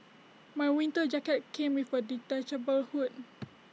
my winter jacket came with A detachable hood